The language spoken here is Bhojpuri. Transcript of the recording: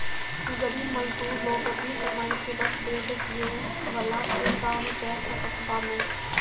गरीब मजदूर लोग अपनी कमाई से बस पेट जियवला के काम कअ सकत बानअ